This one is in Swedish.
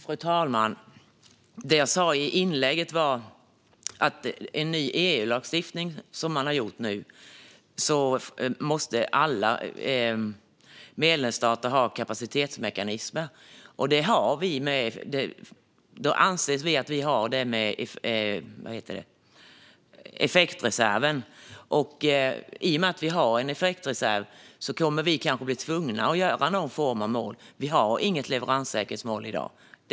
Fru talman! Det jag sa i mitt huvudanförande var att alla medlemsstater enligt en ny EU-lagstiftning måste ha kapacitetsmekanismer. Vi anser att vi har en sådan i form av effektreserven. I och med att vi har en effektreserv kommer vi kanske att bli tvungna att sätta upp någon form av mål. Vi har inget leveranssäkerhetsmål i dag.